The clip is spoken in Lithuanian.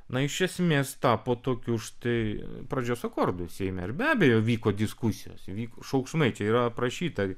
na iš esmės tapo tokiu štai pradžios akordu seime ir be abejo vyko diskusijos vyko šauksmai čia yra aprašyta